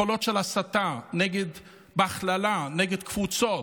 קולות של הסתה בהכללה נגד קבוצות,